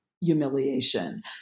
humiliation